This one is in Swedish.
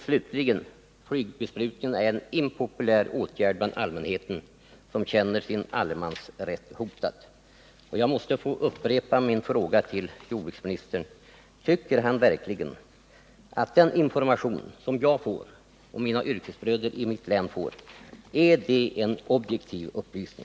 Slutligen är Nygbesprutning en impopulär åtgärd hos allmänheten, som känner sin allemansrätt hotad. Jag upprepar min fråga till jordbruksministern: Tycker jordbruksministern verkligen att den information som jag och mina yrkesbröder i mitt län får är en objektiv upplysning?